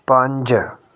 ਪੰਜ